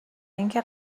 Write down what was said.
اینکه